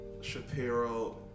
Shapiro